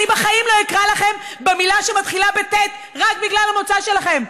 אני בחיים לא אקרא לכם במילה שמתחילה בטי"ת רק בגלל המוצא שלכם.